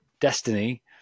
destiny